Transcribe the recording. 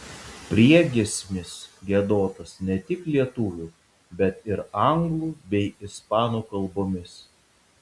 priegiesmis giedotas ne tik lietuvių bet ir anglų bei ispanų kalbomis